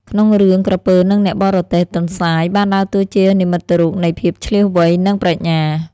ក្នុងរឿង "ក្រពើនឹងអ្នកបរទេះ" ទន្សាយបានដើរតួជានិមិត្តរូបនៃភាពឈ្លាសវៃ និងប្រាជ្ញា។